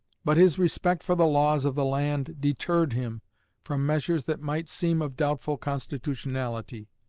but his respect for the laws of the land deterred him from measures that might seem of doubtful constitutionality,